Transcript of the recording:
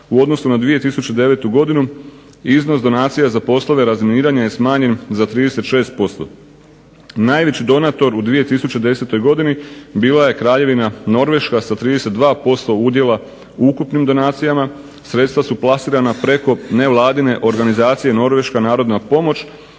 u odnosu na 2009. Godinu. Iznos donacija za poslove razminiranja je smanjen za 36%. Najveći donator u 2010. godini bila je Kraljevina Norveška sa 32% udjela u ukupnim donacijama. Sredstva su plasirana preko nevladine organizacije Norveška narodna pomoć